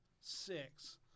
six